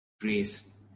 grace